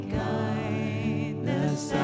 kindness